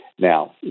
Now